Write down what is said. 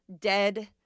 dead